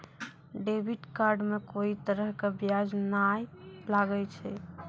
debit card मे कोई तरह के ब्याज नाय लागै छै